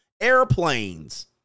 airplanes